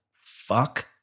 Fuck